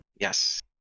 yes